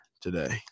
today